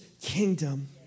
kingdom